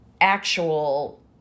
actual